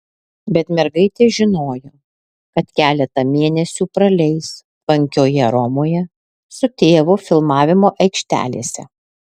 bet mergaitė žinojo kad keletą mėnesių praleis tvankioje romoje su tėvu filmavimo aikštelėse